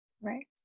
Right